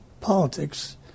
politics